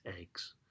eggs